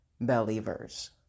Believers